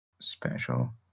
special